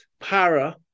para